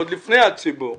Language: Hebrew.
עוד לפני הציבור,